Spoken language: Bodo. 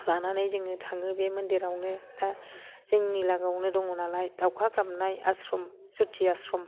लानानै जोङो थाङो जोङो बे मन्दिरावनो दा जोंनि लागोआवनो दङ नालाय दावखा गाबनाय आस्रम सुथि आस्रम